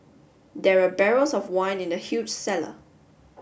there were barrels of wine in the huge cellar